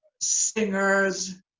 singers